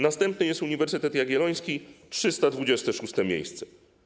Następny jest Uniwersytet Jagielloński - 326. miejsce.